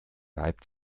reibt